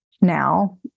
Now